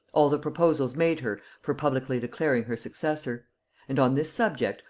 all the proposals made her for publicly declaring her successor and on this subject,